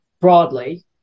broadly